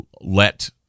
let